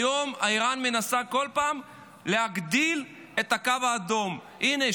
היום איראן מנסה בכל פעם להגדיל את הקו האדום: הינה,